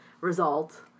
result